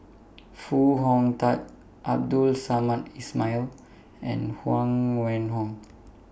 Foo Hong Tatt Abdul Samad Ismail and Huang Wenhong